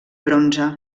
bronze